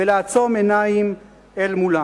ולעצום עיניים אל מולם.